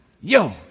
Yo